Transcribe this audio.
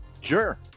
Sure